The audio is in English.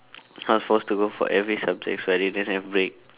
I was forced to go for every subject so I didn't have break